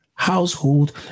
Household